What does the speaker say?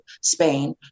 Spain